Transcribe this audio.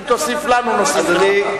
אם תוסיף לנו, נוסיף לך.